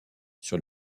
sur